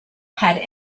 had